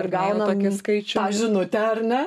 ir gaunam tą žinutę ar ne